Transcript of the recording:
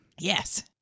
Yes